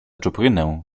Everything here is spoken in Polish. czuprynę